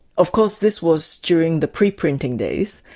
of course this was during the pre-printing days,